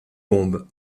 bombes